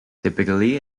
typically